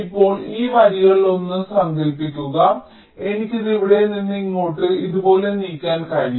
ഇപ്പോൾ ഈ വരികളിലൊന്ന് സങ്കൽപ്പിക്കുക എനിക്ക് ഇത് ഇവിടെ നിന്ന് ഇങ്ങോട്ട് ഇതുപോലെ നീക്കാൻ കഴിയും